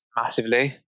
massively